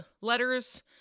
letters